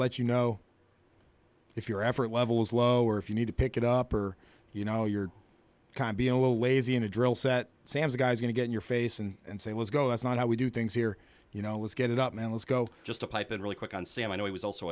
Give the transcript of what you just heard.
let you know if your effort levels lower if you need to pick it up or you know your kind be a little lazy in a drill set sam's guy's going to get your face in and say let's go that's not how we do things here you know let's get it up and let's go just a pipe and really quick on sam i know he was also